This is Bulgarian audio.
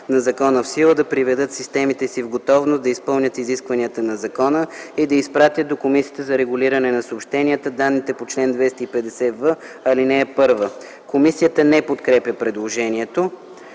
на закона в сила да приведат системите си в готовност да изпълнят изискванията на закона и да изпратят до Комисията за регулиране на съобщенията данните по чл. 250в, ал. 1.” Комисията не подкрепя предложението.